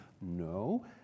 No